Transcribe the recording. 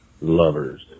lovers